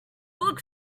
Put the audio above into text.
look